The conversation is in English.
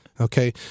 Okay